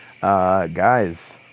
Guys